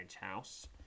House